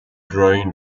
drain